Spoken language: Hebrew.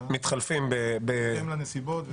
בהתאם לנסיבות.